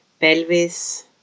pelvis